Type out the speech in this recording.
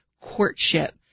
courtship